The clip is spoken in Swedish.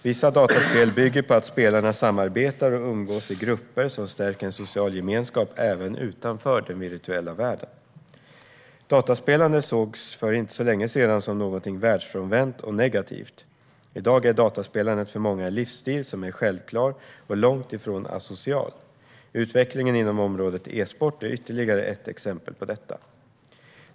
Vissa dataspel bygger på att spelarna samarbetar och umgås i grupper, vilket stärker en social gemenskap även utanför den virtuella världen. Dataspelande sågs för inte så länge sedan som någonting världsfrånvänt och negativt. I dag är dataspelandet för många en livsstil som är självklar och långt ifrån asocial. Utvecklingen inom området e-sport är ytterligare ett exempel på detta.